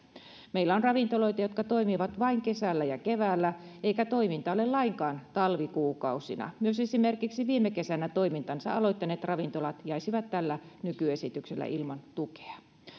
meillä on ravintoloita jotka toimivat vain kesällä ja keväällä eikä toimintaa ole lainkaan talvikuukausina myös esimerkiksi viime kesänä toimintansa aloittaneet ravintolat jäisivät tällä nykyesityksellä ilman tukea